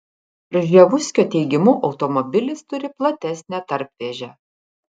rževuskio teigimu automobilis turi platesnę tarpvėžę